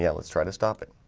yeah let's try to stop it.